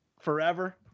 forever